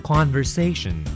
Conversation